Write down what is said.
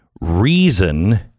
reason